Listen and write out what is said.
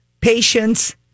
patience